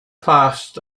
past